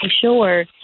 sure